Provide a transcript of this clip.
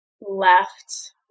left